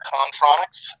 Contronics